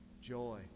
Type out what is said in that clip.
joy